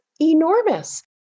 enormous